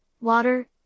water